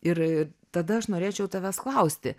ir tada aš norėčiau tavęs klausti